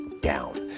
down